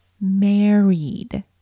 married